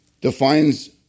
Defines